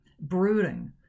brooding